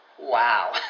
Wow